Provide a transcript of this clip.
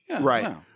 Right